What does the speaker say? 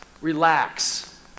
relax